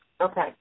Okay